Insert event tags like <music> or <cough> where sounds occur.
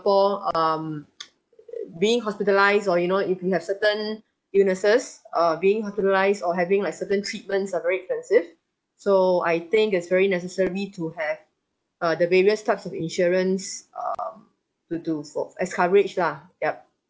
~pore um <noise> being hospitalised or you know if if you have certain illnesses uh being hospitalised or having like certain treatments are very expensive so I think is very necessary to have uh the various types of insurance err to to for as coverage lah yup